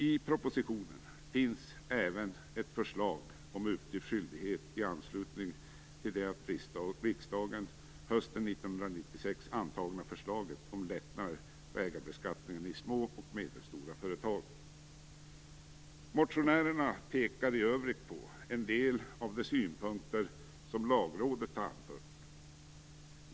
I propositionen finns även ett förslag om uppgiftsskyldighet i anslutning till det av riksdagen hösten 1996 antagna förslaget om lättnader i ägarbeskattningen i små och medelstora företag. Motionärerna pekar i övrigt på en del av de synpunkter som Lagrådet har anfört.